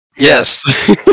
Yes